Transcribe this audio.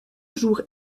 jour